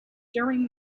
during